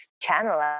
channel